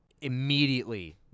immediately